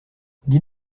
dis